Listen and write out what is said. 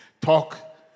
talk